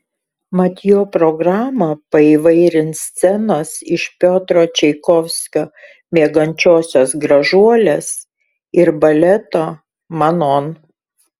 mat jo programą paįvairins scenos iš piotro čaikovskio miegančiosios gražuolės ir baleto manon